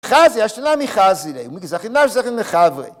חזי, השתא נמי חזי ליה, מדזכין לה זכין לחבריה.